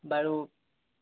বাৰু